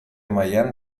mailan